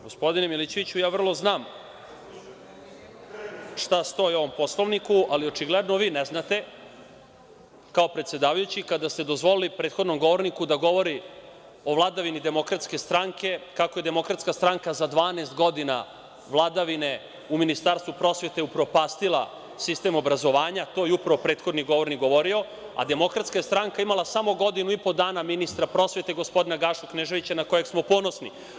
Gospodine Milićeviću, ja vrlo dobro znam šta stoji u ovom Poslovniku, ali očigledno vi ne znate kao predsedavajući, kada ste dozvolili prethodnom govorniku da govori o vladavini DS, kako je DS za 12 godina vladavine u Ministarstvu prosvete upropastila sistem obrazovanja, to je upravo prethodni govornik govorio, a DS je imala samo godinu i po dana ministra prosvete, gospodina Gašu Kneževića, na kojeg smo ponosni.